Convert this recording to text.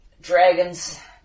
dragons